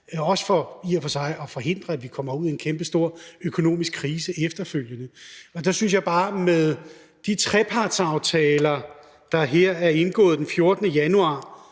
vi er i, også for at forhindre, at vi kommer ud i en kæmpestor økonomisk krise efterfølgende. Der synes jeg bare, at de trepartsaftaler, der er indgået den 14. januar